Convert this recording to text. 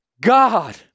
God